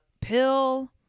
pill